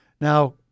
Now